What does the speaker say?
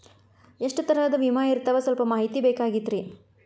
ಎಷ್ಟ ತರಹದ ವಿಮಾ ಇರ್ತಾವ ಸಲ್ಪ ಮಾಹಿತಿ ಬೇಕಾಗಿತ್ರಿ